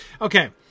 Okay